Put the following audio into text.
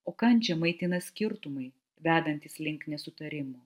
o kančią maitina skirtumai vedantys link nesutarimo